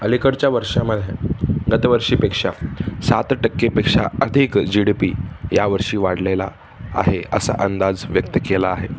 अलीकडच्या वर्षामध्ये गतवर्षीपेक्षा सात टक्केपेक्षा अधिक जी डी पी यावर्षी वाढलेला आहे असा अंदाज व्यक्त केला आहे